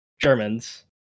Germans